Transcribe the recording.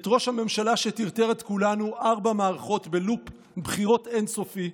את ראש הממשלה שטרטר את כולנו ארבע מערכות בלופ בחירות אין-סופי.